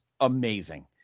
amazing